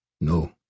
No